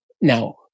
Now